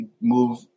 move